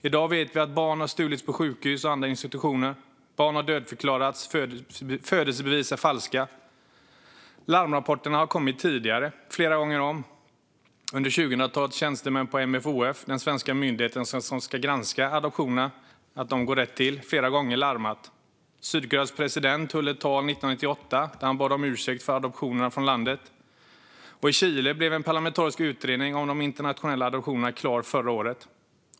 I dag vet vi att barn har stulits på sjukhus och andra institutioner. Barn har dödförklarats och födelsebevis är falska. Larmrapporterna har kommit tidigare, flera gånger om. Under 2000-talet har tjänstemän på MFoF, den svenska myndighet som ska granska om adoptionerna gått rätt till, larmat flera gånger. Sydkoreas president höll ett tal 1998 där han bad om ursäkt för adoptionerna från landet. Och i Chile blev en parlamentarisk utredning om de internationella adoptionerna klar förra året.